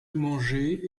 manger